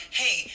hey